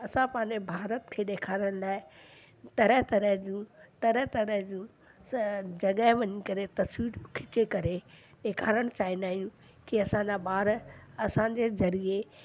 असां पंहिंजे भारत खे ॾेखारण लाइ तरह तरह जूं तरह तरह जूं जॻह वञी करे तस्वीरूं खीचे करे ॾेखारणु चाहींदा आहियूं की असांजा ॿार असांजे ज़रिए